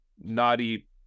naughty